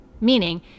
Meaning